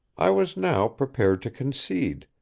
i was now prepared to concede,